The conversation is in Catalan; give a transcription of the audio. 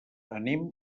anem